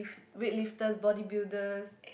wait lifters bodybuilders